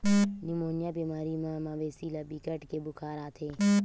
pneumonia बेमारी म मवेशी ल बिकट के बुखार आथे